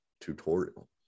tutorial